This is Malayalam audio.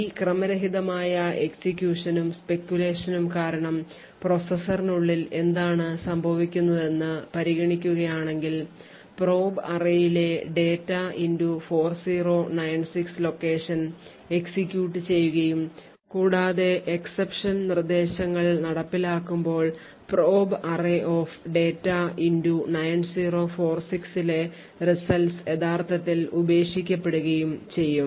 ഈ ക്രമരഹിതമായ execution നും speculation നും കാരണം പ്രോസസറിനുള്ളിൽ എന്താണ് സംഭവിക്കുന്നതെന്ന് പരിഗണിക്കുകയാണെങ്കിൽ probe array ലെ ഡാറ്റ 4096 ലൊക്കേഷൻ execute ചെയ്യുകയും കൂടാതെ exeception നിർദ്ദേശങ്ങൾ നടപ്പിലാക്കുമ്പോൾ probe arraydata 4096 ലെ results യഥാർത്ഥത്തിൽ ഉപേക്ഷിക്കപ്പെടുകയും ചെയ്യും